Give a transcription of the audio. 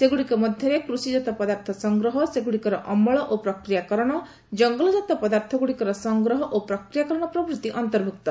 ସେଗୁଡ଼ିକ ମଧ୍ୟରେ କୃଷିଜାତ ପଦାର୍ଥ ସଂଗ୍ରହ ସେଗୁଡ଼ିକର ଅମଳ ଓ ପ୍ରକ୍ରିୟାକରଣ ଜଙ୍ଗଲଜାତ ପଦାର୍ଥଗୁଡ଼ିକର ସଂଗ୍ରହ ଓ ପ୍ରକ୍ରିୟାକରଣ ପ୍ରଭୃତି ଅନ୍ତର୍ଭୁକ୍ତ